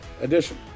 edition